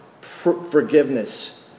forgiveness